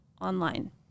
online